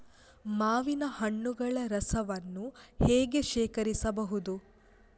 ಮಾವಿನ ಹಣ್ಣುಗಳ ರಸವನ್ನು ಹೇಗೆ ಶೇಖರಿಸಬಹುದು?